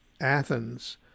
Athens